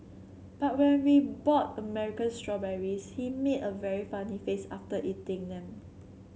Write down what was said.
but when we bought American strawberries he made a very funny face after eating them